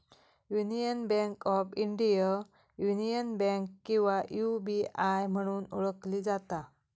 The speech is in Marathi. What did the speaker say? union bank of India, union bank किंवा यू.बी.आय म्हणून ओळखली जाता